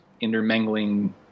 intermingling